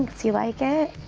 thanks, you like it?